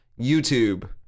YouTube